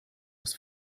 aus